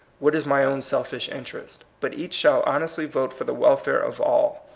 what is my own selfish interest? but each shall hon estly vote for the welfare of all.